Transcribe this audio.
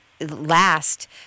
last